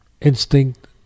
instinct